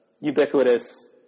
ubiquitous